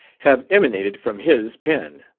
have emanated from his pen.